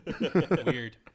Weird